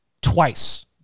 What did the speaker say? twice